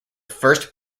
first